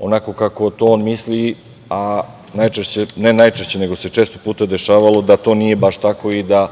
onako kako to on misli, a često puta se dešavalo da to nije baš tako i da